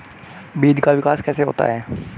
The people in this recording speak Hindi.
बीज का विकास कैसे होता है?